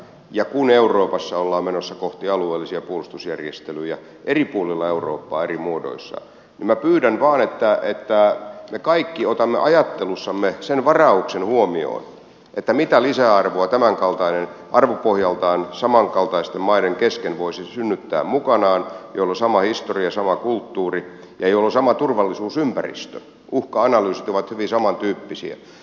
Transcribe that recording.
ja kun euroopassa ollaan menossa kohti alueellisia puolustusjärjestelyjä eri puolilla eurooppaa eri muodoissa niin minä pyydän vain että me kaikki otamme ajattelussamme huomioon sen varauksen mitä lisäarvoa tämänkaltainen voisi synnyttää mukanaan arvopohjaltaan samankaltaisten maiden kesken joilla on sama historia sama kulttuuri ja joilla on sama turvallisuusympäristö joiden uhka analyysit ovat hyvin samantyyppisiä